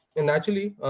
and actually